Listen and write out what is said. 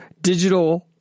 digital